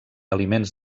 aliments